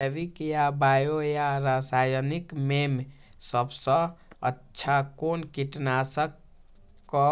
जैविक या बायो या रासायनिक में सबसँ अच्छा कोन कीटनाशक क